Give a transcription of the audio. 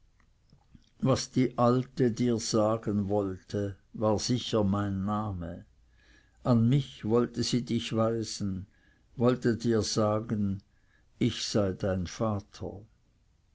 was die alte dir sagen wollte war sicher mein name an mich wollte sie dich weisen wollte dir sagen ich sei dein vater